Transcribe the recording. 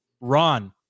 Ron